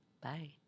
Bye